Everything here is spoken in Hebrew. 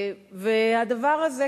הדבר הזה,